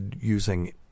using